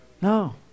No